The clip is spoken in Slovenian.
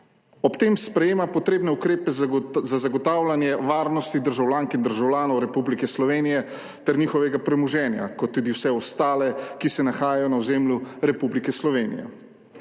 Ob tem sprejema potrebne ukrepe za zagotavljanje varnosti državljank in državljanov Republike Slovenije ter njihovega premoženja kot tudi vse ostale, ki se nahajajo na ozemlju Republike Slovenije.